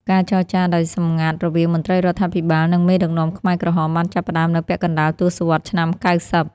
ការចរចាដោយសម្ងាត់រវាងមន្ត្រីរដ្ឋាភិបាល និងមេដឹកនាំខ្មែរក្រហមបានចាប់ផ្តើមនៅពាក់កណ្តាលទសវត្សរ៍ឆ្នាំ ៩០។